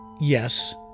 yes